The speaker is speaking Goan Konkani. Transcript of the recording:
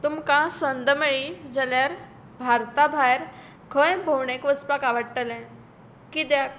तुमकां संद मेळ्ळी जाल्यार भारता भायर खंय भोंवडेक वचपाक आवडटलें कित्याक